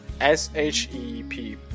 S-H-E-P